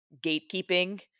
gatekeeping